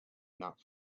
not